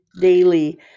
daily